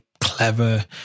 clever